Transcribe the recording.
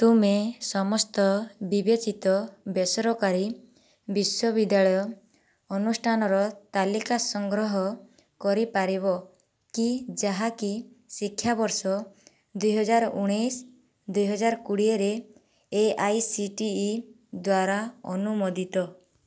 ତୁମେ ସମସ୍ତ ବିବେଚିତ ବେସରକାରୀ ବିଶ୍ୱବିଦ୍ୟାଳୟ ଅନୁଷ୍ଠାନର ତାଲିକା ସଂଗ୍ରହ କରିପାରିବ କି ଯାହାକି ଶିକ୍ଷାବର୍ଷ ଦୁଇହଜାର ଉଣେଇଶ ଦୁଇହଜାର କୋଡ଼ିଏରେ A I C T E ଦ୍ୱାରା ଅନୁମୋଦିତ